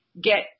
get